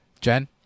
jen